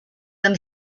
them